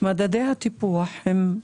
מדדי הטיפוח הם מעוותים.